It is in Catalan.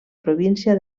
província